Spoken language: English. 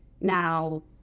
Now